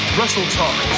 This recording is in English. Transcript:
WrestleTalk